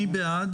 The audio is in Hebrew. מי בעד